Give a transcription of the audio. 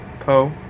Poe